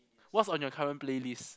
what's on your current playlist